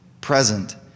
present